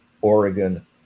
Oregon